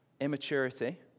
immaturity